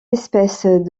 espèces